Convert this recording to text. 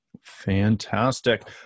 fantastic